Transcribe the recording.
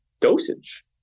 dosage